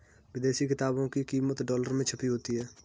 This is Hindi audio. विदेशी किताबों की कीमत डॉलर में छपी होती है